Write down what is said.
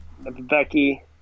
Becky